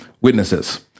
witnesses